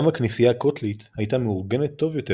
גם הכנסייה הקתולית הייתה מאורגנת טוב יותר